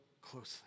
closely